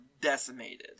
decimated